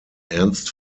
ernst